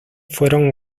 fueron